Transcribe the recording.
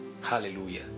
hallelujah